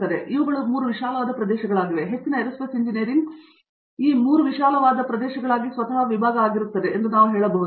ಆದ್ದರಿಂದ ಇವುಗಳು 3 ವಿಶಾಲವಾದ ಪ್ರದೇಶಗಳಾಗಿವೆ ಹೆಚ್ಚಿನ ಏರೋಸ್ಪೇಸ್ ಇಂಜಿನಿಯರಿಂಗ್ ಈ 3 ವಿಶಾಲವಾದ ಪ್ರದೇಶಗಳಾಗಿ ಸ್ವತಃ ವಿಭಾಗ ಆಗುತ್ತದೆ ಎಂದು ನಾವು ಹೇಳಬಹುದು